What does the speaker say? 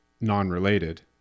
non-related